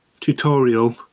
tutorial